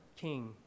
king